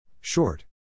Short